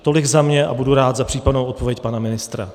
Tolik za mě a budu rád za případnou odpověď pana ministra.